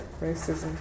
racism